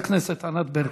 חברת הכנסת ענת ברקו.